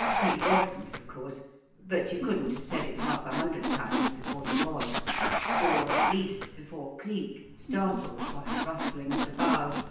he wasn't, of course but you couldn't have said it half a hundred times before he was or, at least, before cleek, startled by a rustling of the boughs,